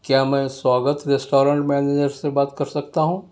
کیا میں Swagat restaurant manager سے بات کر سکتا ہوں